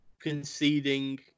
conceding